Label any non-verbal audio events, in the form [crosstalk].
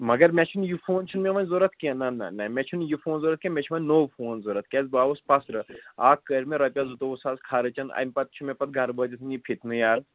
مگر مےٚ چھُنہٕ یہِ فون چھُنہٕ مےٚ وۄنۍ ضوٚرَتھ کیٚنٛہہ نہ نہ نہ مےٚ چھُنہٕ یہِ فون ضوٚرَتھ کیٚنٛہہ مےٚ چھُ وۄنۍ نوٚو فون ضوٚرَتھ کیٛازِ بہٕ آوُس پَسرٕ اَکھ کٔرۍ مےٚ رۄپیہِ زٕتووُہ ساس خرچَن اَمہِ پَتہٕ چھُ مےٚ پَتہٕ گرٕ وٲتِتھ [unintelligible] یہِ فِتنہٕ یارٕ